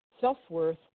self-worth